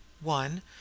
One